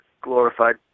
glorified